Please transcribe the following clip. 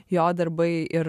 jo darbai ir